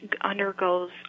undergoes